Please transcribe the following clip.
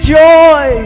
joy